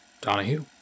Donahue